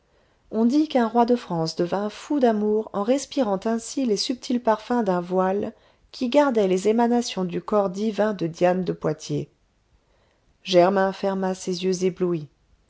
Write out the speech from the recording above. on dit qu'un roi de france devint fou d'amour en respirant ainsi les subtils parfums d'un voile qui gardait les émanations du corps divin de diane de poitiers germain ferma ses yeux éblouis